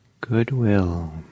goodwill